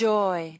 Joy